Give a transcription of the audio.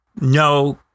no